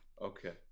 Okay